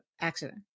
accident